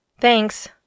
Thanks